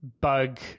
bug